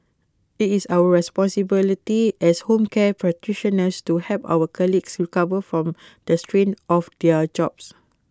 IT is our responsibility as home care practitioners to help our colleagues recover from the strain of their jobs